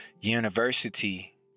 university